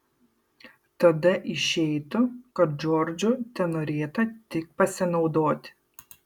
tada išeitų kad džordžu tenorėta tik pasinaudoti